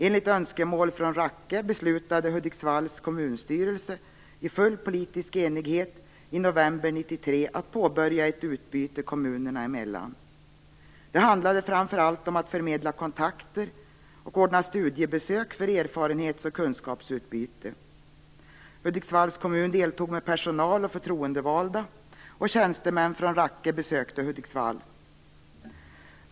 Enligt önskemål från Rakke beslutade Hudiksvalls kommunstyrelse i full politisk enighet i november 1993 att påbörja ett utbyta kommunerna emellan. Det handlade framför allt om att förmedla kontakter och ordna studiebesök för erfarenhets och kunskapsutbyte. Hudiksvalls kommun deltog med personal och förtroendevalda, och tjänstemän från Rakke besökte Hudiksvall.